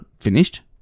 finished